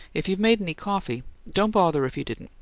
if you made any coffee don't bother if you didn't.